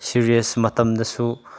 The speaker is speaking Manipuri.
ꯁꯤꯔꯤꯌꯁ ꯃꯇꯝꯗꯁꯨ